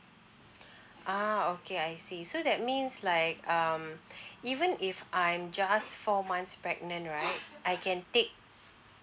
ah okay I see so that means like um even if I'm just four months pregnant right I can take